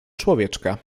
człowieczka